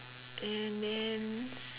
and then